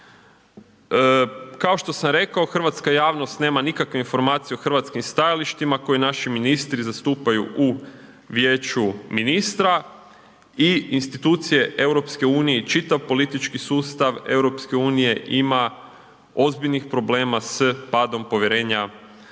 Kao što sam rekao hrvatska javnost nema nikakve informacije o hrvatskim stajalištima koje naši ministri zastupaju u Vijeću ministara i institucije EU i čitav politički sustav EU ima ozbiljnih problema s padom povjerenja građana,